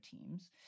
teams